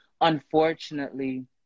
Unfortunately